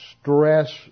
stress